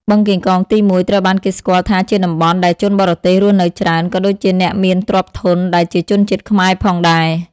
បឹងកេងកងទី១ ត្រូវបានគេស្គាល់ថាជាតំបន់ដែលជនបរទេសរស់នៅច្រើន ក៏ដូចជាអ្នកមានទ្រព្យធនដែលជាជនជាតិខ្មែរផងដែរ។